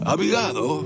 Abigado